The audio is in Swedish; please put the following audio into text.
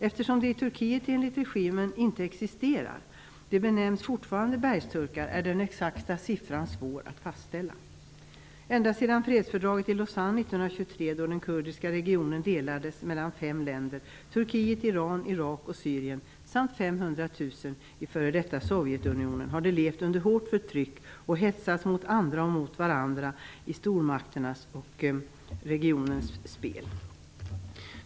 Eftersom de i Turkiet enligt regimen inte existerar utan fortfarande benämns bergsturkar, är den exakta siffran svår att fastställa. Ända sedan fredsfördraget i Lausanne 1923 då den kurdiska regionen delades mellan fem länder - Turkiet, Iran, Irak, Syrien och det f.d. Sovjetunionen, där 500 000 kurder lever - har de levt under hårt förtryck. De har hetsats mot andra och mot varandra i stormakternas och regionens spel.